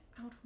out